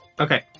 Okay